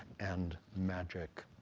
and magic.